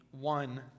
one